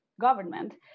government